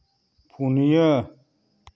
ᱯᱩᱱᱤᱭᱟᱹ